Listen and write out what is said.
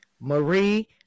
Marie